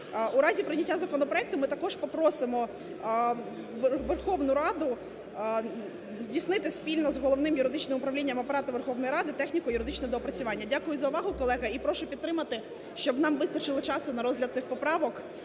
У разі прийняття законопроекту ми також попросимо Верховну Раду здійснити спільно з Головним юридичним управлінням Апарату Верховної Ради техніко-юридичне доопрацювання. Дякую за увагу, колеги, і прошу підтримати, щоб у нас вистачило часу для розгляду цих поправок,